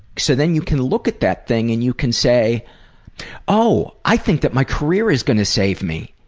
so, then you can look at that thing and you can say oh i think that my career is going to save me.